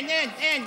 אין, אין, אין.